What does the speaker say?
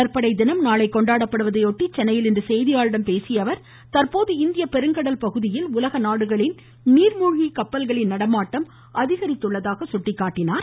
கடற்படை தினம் நாளை கொண்டாடப்படுவதையொட்டி சென்னையில் இன்று செய்தியாளர்களிடம் பேசிய அவர் தற்போது இந்திய பெருங்கடல் பகுதியில் உலக நாடுகளின் நீாமூழ்கி கப்பல்களின் நடமாட்டம் அதிகரித்துள்ளதாக குறிப்பிட்டார்